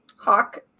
hawk